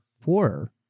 poorer